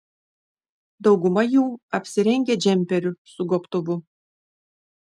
dauguma jų apsirengę džemperiu su gobtuvu